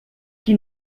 qui